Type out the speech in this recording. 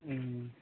ꯎꯝ